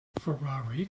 ferrari